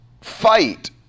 fight